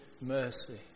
mercy